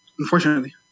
Unfortunately